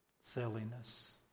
Silliness